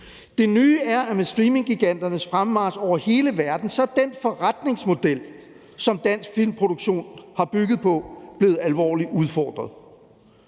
Det nye er, at med streaminggiganternes fremmarch over hele verden er den forretningsmodel, som dansk filmproduktion har bygget på, blevet alvorligt udfordret.